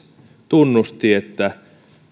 tunnusti että hän